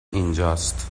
اینجاست